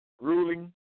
ruling